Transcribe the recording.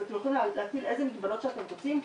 אז אתם יכולים להטיל איזה מגבלות שאתם רוצים?